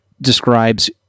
describes